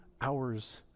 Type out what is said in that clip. hours